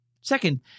Second